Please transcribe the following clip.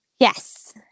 Yes